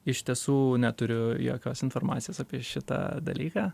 iš tiesų neturiu jokios informacijos apie šitą dalyką